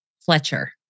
Fletcher